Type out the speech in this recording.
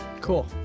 cool